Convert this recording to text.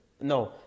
No